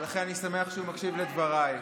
ולכן אני שמח שהוא מקשיב לדבריי.